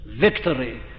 victory